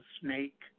snake